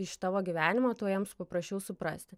iš tavo gyvenimo tuo jiems paprasčiau suprasti